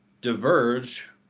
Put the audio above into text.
Diverge